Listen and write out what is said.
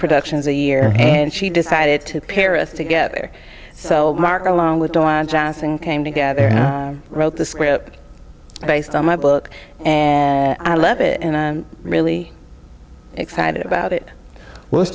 productions a year and she decided to paris together so mark along with don johnson came together and wrote the script based on my book and i love it and i'm really excited about it w